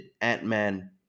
Ant-Man